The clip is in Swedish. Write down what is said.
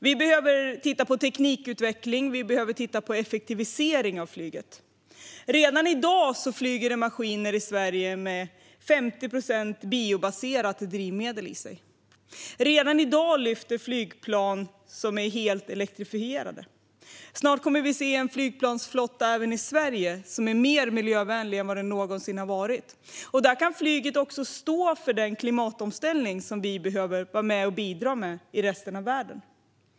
Vi behöver titta på teknikutveckling och på effektivisering av flyget. Redan i dag flyger det maskiner i Sverige som har 50 procent biobaserat drivmedel. Redan i dag lyfter flygplan som är helt elektrifierade. Snart kommer vi att se en flygplansflotta även i Sverige som är mer miljövänlig än den någonsin har varit. Där kan flyget också stå för den klimatomställning som vi behöver vara med och bidra till i resten av världen.